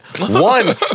One